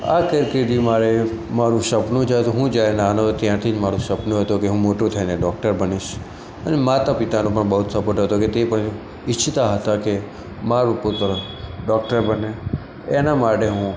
આ કારકિર્દી મારે મારું સપનું છે હું જયારે નાનો હતો ત્યારથી જ મારું સપનું હતું કે હું મોટો થઇને ડૉક્ટર બનીશ અને માતા પિતાનો પણ બહુ સપોર્ટ હતો તે પણ ઇચ્છતા હતા કે મારો પુત્ર ડૉક્ટર બને એના માટે હું